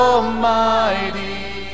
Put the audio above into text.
Almighty